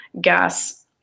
gas